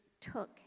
took